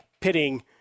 pitting